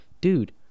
dude